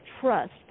trust